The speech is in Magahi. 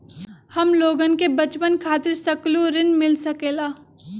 हमलोगन के बचवन खातीर सकलू ऋण मिल सकेला?